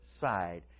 side